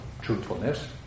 truthfulness